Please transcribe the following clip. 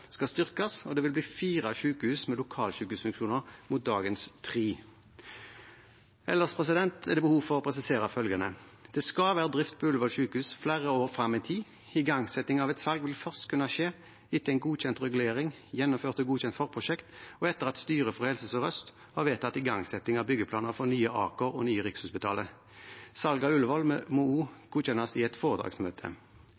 skal styrkes, og det vil bli fire sykehus med lokalsykehusfunksjoner mot dagens tre. Ellers er det behov for å presisere følgende: Det skal være drift på Ullevål sykehus flere år frem i tid. Igangsetting av et salg vil først kunne skje etter en godkjent regulering, et gjennomført og godkjent forprosjekt og etter at styret for Helse Sør-Øst har vedtatt igangsetting av byggeplaner for Nye Aker og Nye Rikshospitalet. Salg av